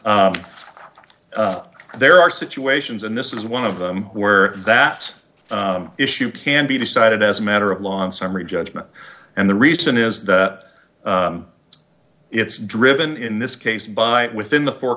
issue there are situations and this is one of them where that issue can be decided as a matter of law on summary judgment and the reason is that it's driven in this case by within the four